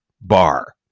bar